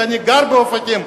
אני גר באופקים,